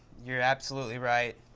you're absolutely right.